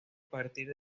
partir